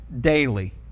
daily